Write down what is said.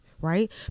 right